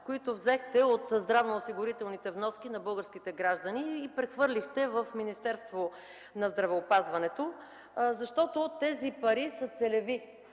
които взехте от здравноосигурителните вноски на българските граждани и прехвърлихте в Министерството на здравеопазването, защото тези пари са целеви.